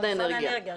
משרד האנרגיה.